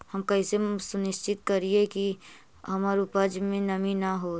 हम कैसे सुनिश्चित करिअई कि हमर उपज में नमी न होय?